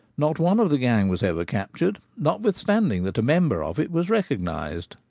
not one of the gang was ever captured, notwith standing that a member of it was recognised.